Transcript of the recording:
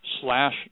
slash